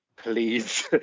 please